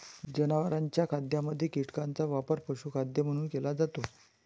जनावरांच्या खाद्यामध्ये कीटकांचा वापर पशुखाद्य म्हणून केला जातो